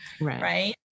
right